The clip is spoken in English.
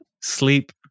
sleep